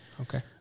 okay